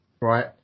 right